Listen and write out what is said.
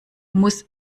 muss